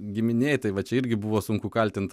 giminėj tai vat čia irgi buvo sunku kaltint